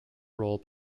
role